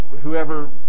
whoever